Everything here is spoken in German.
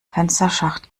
fensterschacht